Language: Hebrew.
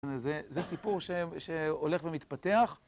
זה סיפור שהולך ומתפתח.